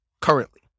currently